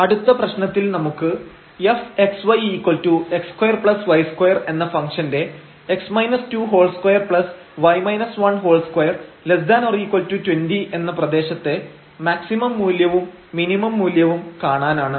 അടുത്തപ്രശ്നത്തിൽ നമുക്ക് fxyx2y2 എന്ന ഫംഗ്ഷന്റെ 22 ≤ 20 എന്ന പ്രദേശത്തെ മാക്സിമം മൂല്യവും മിനിമം മൂല്യവും കാണാനാണ്